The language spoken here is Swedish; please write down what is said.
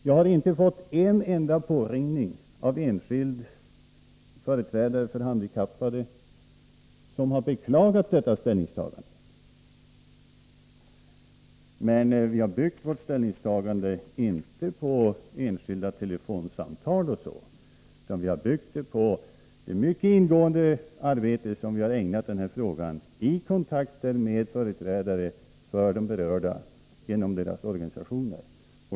Jag har inte fått en enda påringning från enskild företrädare för handikappade som har beklagat Åtgärder för elaper detta ställningstagande. Vi har byggt vårt ställningstagande inte på enskilda med handikapp i telefonsamtal och liknande, utan på det mycket ingående arbete som vi har detällmänna skol ägnat den här frågan i kontakten med företrädare för de berörda genom deras organisationer.